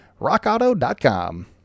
rockauto.com